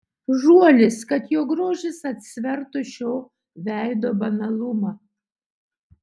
žuolis kad jo grožis atsvertų šio veido banalumą